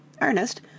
Ernest